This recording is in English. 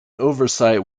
oversight